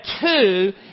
two